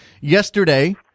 yesterday